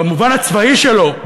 במובן הצבאי שלו,